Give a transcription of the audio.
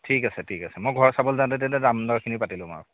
ঠিক আছে ঠিক আছে মই ঘৰ চাবলৈ যাওঁতে তেতিয়া দাম দৰখিনি পাতি লম আৰু